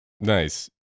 nice